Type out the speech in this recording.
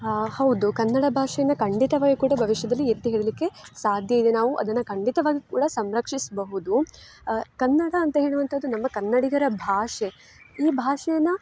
ಹಾಂ ಹೌದು ಕನ್ನಡ ಭಾಷೆಯನ್ನ ಖಂಡಿತವಾಗಿ ಕೂಡ ಭವಿಷ್ಯದಲ್ಲಿ ಎತ್ತಿ ಹಿಡಿಲಿಕ್ಕೆ ಸಾಧ್ಯ ಇದೆ ನಾವು ಅದನ್ನು ಖಂಡಿತವಾಗಿ ಕೂಡ ಸಂರಕ್ಷಿಸಬಹುದು ಕನ್ನಡ ಅಂತ ಹೇಳುವಂತದ್ದು ನಮ್ಮ ಕನ್ನಡಿಗರ ಭಾಷೆ ಈ ಭಾಷೆಯನ್ನು